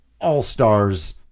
all-stars